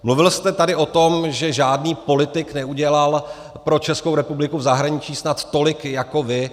Mluvil jste tady o tom, že žádný politik neudělal pro Českou republiku v zahraničí snad tolik jako vy.